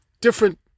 different